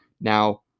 Now